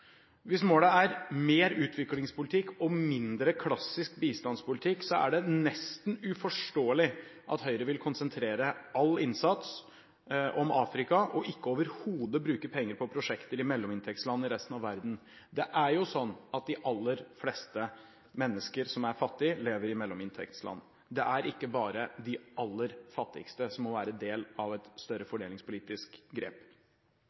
Hvis målet er mer utviklingspolitikk og mindre klassisk bistandspolitikk, er det nesten uforståelig at Høyre vil konsentrere all innsats om Afrika og overhodet ikke bruke penger på prosjekter i mellominntektsland i resten av verden. De aller fleste mennesker som er fattige, lever i mellominntektsland. Det er ikke bare de aller fattigste som må være del av et større fordelingspolitisk grep.